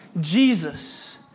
Jesus